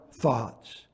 thoughts